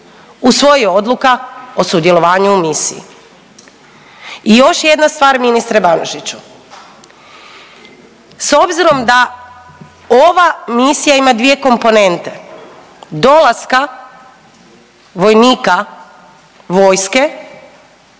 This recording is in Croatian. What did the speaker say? usvoji odluka o sudjelovanju u misiji. I još jedna stvar, ministre Banožiću. S obzirom da ova misija ima dvije komponente dolaska vojnika, vojske,